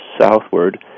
southward